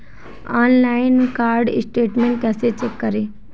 Online card statement कैसे check करें?